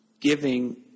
giving